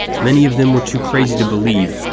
many of them were too crazy to believe,